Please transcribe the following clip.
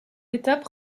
étape